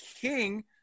king